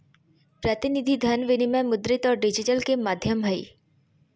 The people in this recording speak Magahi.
प्रतिनिधि धन विनिमय मुद्रित और डिजिटल के माध्यम हइ